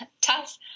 tough